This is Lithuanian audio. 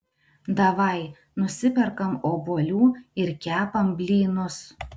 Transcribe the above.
davai nusiperkam obuolių ir kepam blynus